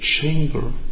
chamber